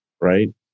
Right